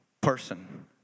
person